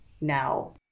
now